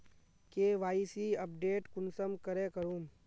KYC update कुंसम करे करूम?